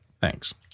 Thanks